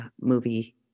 movie